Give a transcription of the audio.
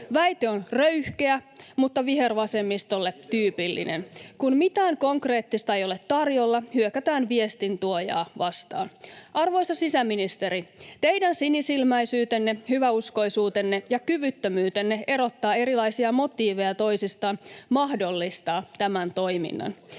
Väite on röyhkeä, mutta vihervasemmistolle tyypillinen. Kun mitään konkreettista ei ole tarjolla, hyökätään viestintuojaa vastaan. Arvoisa sisäministeri, teidän sinisilmäisyytenne, hyväuskoisuutenne ja kyvyttömyytenne erottaa erilaisia motiiveja toisistaan mahdollistaa tämän toiminnan.